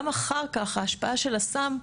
גם אחר כך ההשפעה של הסם,